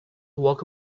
work